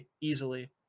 easily